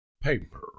Paper